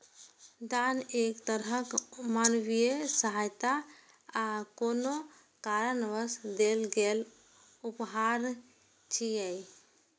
दान एक तरहक मानवीय सहायता आ कोनो कारणवश देल गेल उपहार छियै